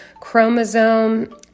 chromosome